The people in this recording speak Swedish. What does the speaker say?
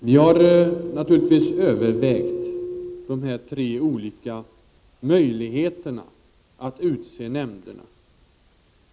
Herr talman! Regeringen har naturligtvis övervägt de tre olika möjligheterna att utse nämnderna.